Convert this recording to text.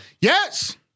Yes